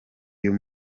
uyu